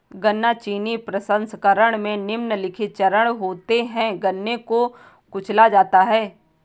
गन्ना चीनी प्रसंस्करण में निम्नलिखित चरण होते है गन्ने को कुचला जाता है